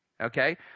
okay